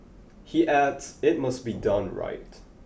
he adds it must be done right